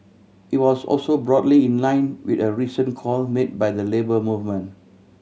it was also broadly in line with a recent call made by the Labour Movement